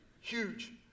Huge